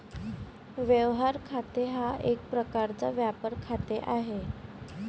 व्यवहार खाते हा एक प्रकारचा व्यापार खाते आहे